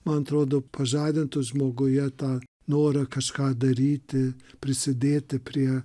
man atrodo pažadintų žmoguje tą norą kažką daryti prisidėti prie